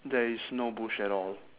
there is no bush at all